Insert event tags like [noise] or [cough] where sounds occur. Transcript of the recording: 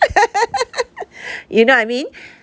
[laughs] you know what I mean